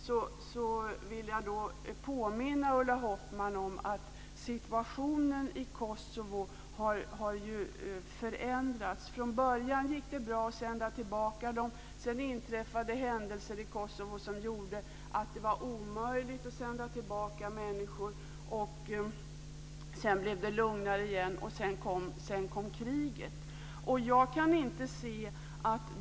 Jag vill påminna Ulla Hoffmann om att situationen i Kosovo har förändrats. Från början gick det bra att sända tillbaka dem. Sedan inträffade händelser i Kosovo som gjorde att det var omöjligt att sända tillbaka människor, därefter blev det lugnare igen, och sedan kom kriget.